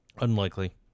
Unlikely